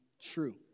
true